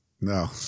No